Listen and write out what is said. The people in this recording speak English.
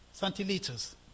centiliters